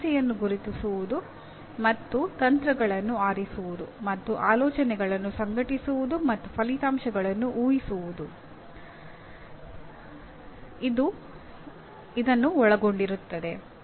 ಸಮಸ್ಯೆಯನ್ನು ಗುರುತಿಸುವುದು ಮತ್ತು ತಂತ್ರಗಳನ್ನು ಆರಿಸುವುದು ಮತ್ತು ಆಲೋಚನೆಗಳನ್ನು ಸಂಘಟಿಸುವುದು ಮತ್ತು ಫಲಿತಾಂಶಗಳನ್ನು ಊಹಿಸುವುದನ್ನು ಇದು ಒಳಗೊಂಡಿರುತ್ತದೆ